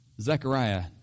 Zechariah